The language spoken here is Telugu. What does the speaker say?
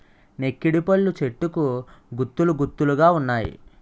నెక్కిడిపళ్ళు చెట్టుకు గుత్తులు గుత్తులు గావున్నాయి